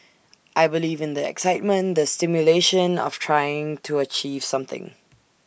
I believe in the excitement the stimulation of trying to achieve something